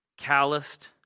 calloused